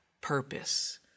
purpose